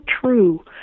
true